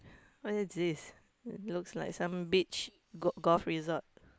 what is this looks like some beach golf resort